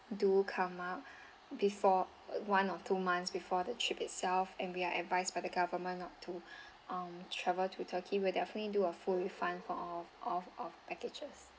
do come out before uh one or two months before the trip itself and we are advised by the government not to um travel to turkey we'll definitely do a full refund for of of of packages